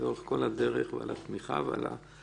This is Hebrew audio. לאורך כל הדרך ועל התמיכה והעצות.